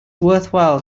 worthwhile